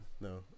no